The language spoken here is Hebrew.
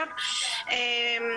פנימה,